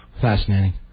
Fascinating